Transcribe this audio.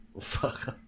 fuck